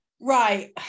Right